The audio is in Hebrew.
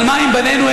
אבל מה עם בנינו?